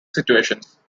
situations